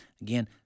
again